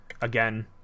again